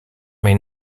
may